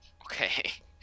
Okay